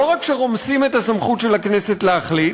לא רק שרומסים את הסמכות של הכנסת להחליט,